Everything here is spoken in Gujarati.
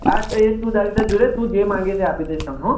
હા તો એ તું તારી રીતે જોઇ લે તું જે માગે તે આપી દઇશ તને હોં